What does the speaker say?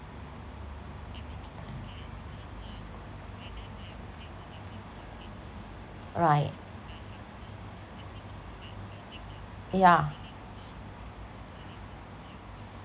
right yeah